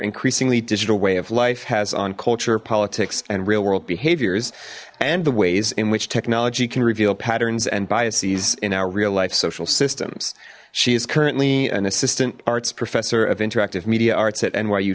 increasingly digital way of life has on culture politics and real world behaviors and the ways in which technology can reveal patterns and biases in our real life social systems she is currently an assistant arts professor of interactive media arts at n